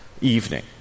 evening